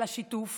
על השיתוף